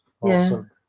Awesome